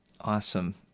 Awesome